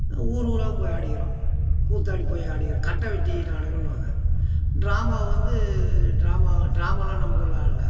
ஊர் ஊராவும் போய் ஆடிக்கிறோம் கூத்தாடி போய் ஆடிக்கிறோம் கட்டவெட்டி நாடகம்னுவாங்க ட்ராமா வந்து ட்ராமா ட்ராமெலாம் நம்ம ஊரில் ஆடல